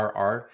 RR